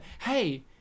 hey